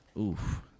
Oof